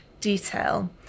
detail